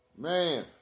Man